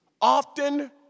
Often